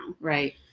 Right